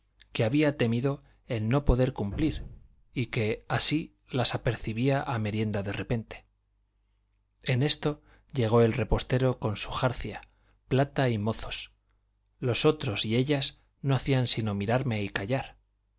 que había temido el no poder cumplir y que así las apercibía a merienda de repente en esto llegó el repostero con su jarcia plata y mozos los otros y ellas no hacían sino mirarme y callar